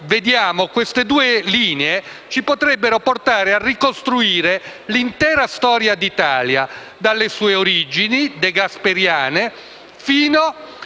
Queste due linee ci potrebbero portare a ricostruire l'intera storia dell'Italia repubblicana, dalle sue origini degasperiane fino